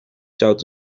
zout